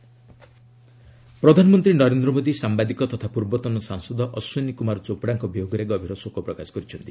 PM condolence ପ୍ରଧାନମନ୍ତ୍ରୀ ନରେନ୍ଦ୍ର ମୋଦି ସାମ୍ଭାଦିକ ତଥା ପୂର୍ବତନ ସାଂସଦ ଅଶ୍ୱିନୀ କୁମାର ଚୋପ୍ଡ଼ାଙ୍କ ବିୟୋଗରେ ଗଭୀର ଶୋକ ପ୍ରକାଶ କରିଛନ୍ତି